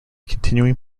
continuing